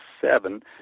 seven